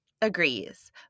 agrees